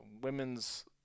women's